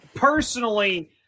Personally